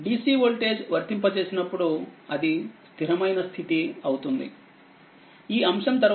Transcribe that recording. DC voltage వర్తింప చేసినప్పుడు ఇది స్థిరమైన స్థితి స్టడీ స్టేట్ కండిషన్ అవుతుంది